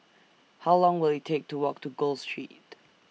How Long Will IT Take to Walk to Gul Street